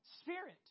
spirit